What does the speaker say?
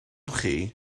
chi